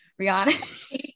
Rihanna